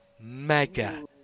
Mega